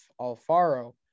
Alfaro